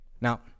now